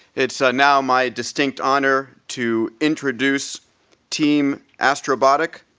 it's ah now my distinct honor to introduce team astrobotic,